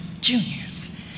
juniors